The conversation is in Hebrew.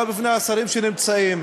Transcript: גם בפני השרים שנמצאים,